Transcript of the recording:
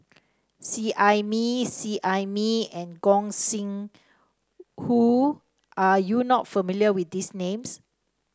Seet Ai Mee Seet Ai Mee and Gog Sing Hooi are you not familiar with these names